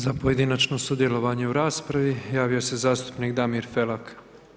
Za pojedinačno sudjelovanje u raspravi javio se zastupnik Damir Felak.